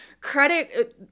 credit